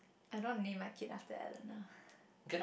I don't wanna name my kid after Eleanor